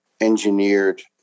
engineered